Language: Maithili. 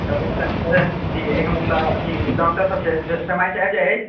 तऽ एकर मतलब अथी डॉक्टर सब ससमय सऽ आबि जाइ अछि